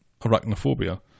arachnophobia